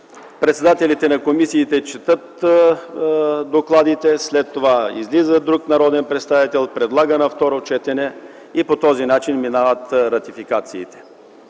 председателите на комисиите четат докладите, след това излиза друг народен представител, предлага да се гледа на второ четене и по този начин минават ратификациите,